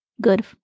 good